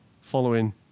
following